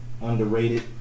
underrated